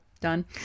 done